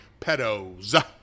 pedos